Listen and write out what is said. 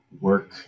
work